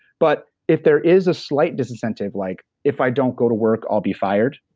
but if there is a slight disincentive like, if i don't go to work, i'll be fired,